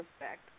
respect